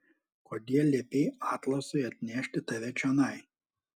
kodėl liepei atlasui atnešti tave čionai